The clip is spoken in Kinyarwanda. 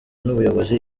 n’ubuyobozi